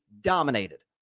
dominated